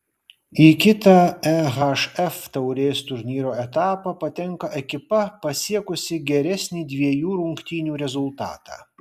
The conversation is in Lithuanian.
į kitą ehf taurės turnyro etapą patenka ekipa pasiekusi geresnį dviejų rungtynių rezultatą